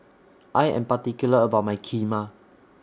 I Am particular about My Kheema